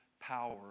power